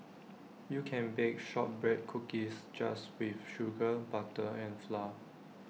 you can bake Shortbread Cookies just with sugar butter and flour